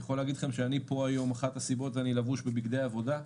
אני פה היום, ואחת הסיבות שאני לבוש בבגדי עבודה,